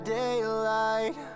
daylight